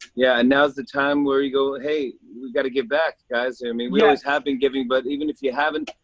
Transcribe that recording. yeah, and now is the time where you go, hey, we've got to give back, guys. i mean we always have been giving, but even if you haven't,